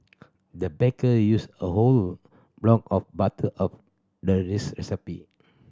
the baker used a whole block of butter of the this recipe